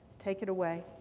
take it away,